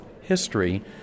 history